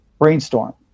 brainstorm